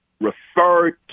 referred